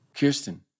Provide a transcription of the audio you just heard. Kirsten